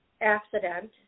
accident